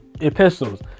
epistles